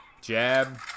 Jab